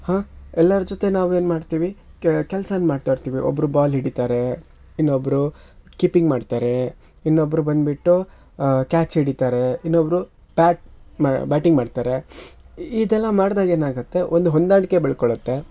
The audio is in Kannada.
ಹಾಂ ಎಲ್ಲರ ಜೊತೆ ನಾವು ಏನು ಮಾಡ್ತೀವಿ ಕೆ ಕೆಲ್ಸನ ಮಾಡ್ತಾ ಇರ್ತೀವಿ ಒಬ್ಬರು ಬಾಲ್ ಹಿಡೀತಾರೆ ಇನ್ನೊಬ್ಬರು ಕೀಪಿಂಗ್ ಮಾಡ್ತಾರೆ ಇನ್ನೊಬ್ಬರು ಬಂದುಬಿಟ್ಟು ಕ್ಯಾಚ್ ಹಿಡೀತಾರೆ ಇನ್ನೊಬ್ಬರು ಬ್ಯಾಟ್ ಮ ಬ್ಯಾಟಿಂಗ್ ಮಾಡ್ತಾರೆ ಇ ಇದೆಲ್ಲ ಮಾಡಿದಾಗ ಏನು ಆಗತ್ತೆ ಒಂದು ಹೊಂದಾಣಿಕೆ ಬೆಳ್ಕೊಳತ್ತೆ